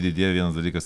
didėjo vienas dalykas